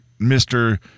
Mr